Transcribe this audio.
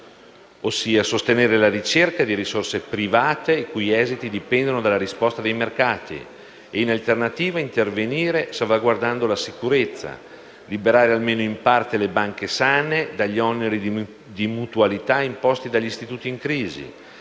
loro: sostenere la ricerca di risorse private i cui esiti dipendono dalla risposta dei mercati e, in alternativa, intervenire salvaguardando la sicurezza; liberare, almeno in parte, le banche sane dagli oneri di mutualità imposti dagli istituti in crisi;